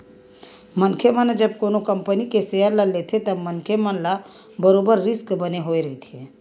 मनखे मन ह जब कोनो कंपनी के सेयर ल लेथे तब मनखे मन ल बरोबर रिस्क बने होय रहिथे